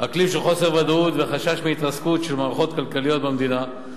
אקלים של חוסר ודאות וחשש מהתרסקות של מערכות כלכליות במדינה,